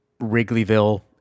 Wrigleyville